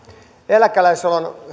eläkeläisellä on